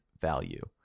value